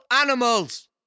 animals